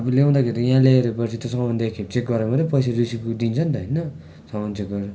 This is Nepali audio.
अब ल्याउँदाखेरि यहाँ ल्याएपछि त सामान त एकखेप चेक गरेर मात्रै पैसा रिसिभ त दिन्छ नि त होइन सामान चेक गरेर